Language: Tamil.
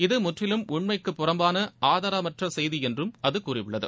இது முற்றிலும் உண்மைக்கு புறம்பான ஆதரமற்ற செய்தி என்றும் அது கூறியுள்ளது